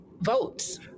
votes